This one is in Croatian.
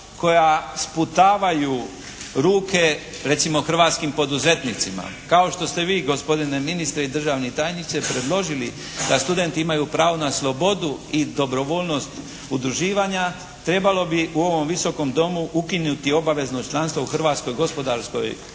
koja sputavaju ruke recimo hrvatskim poduzetnicima, kao što ste vi gospodine ministre i državni tajniče predložili da studenti imaju pravo na slobodu i dobrovoljnost udruživanja trebalo bi u ovom Visokom domu ukinuti obavezno članstvo u Hrvatskoj gospodarskoj